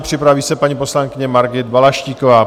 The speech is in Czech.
Připraví se paní poslankyně Margita Balaštíková.